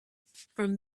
from